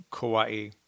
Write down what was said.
Kauai